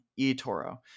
eToro